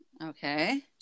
Okay